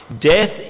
Death